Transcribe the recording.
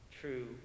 true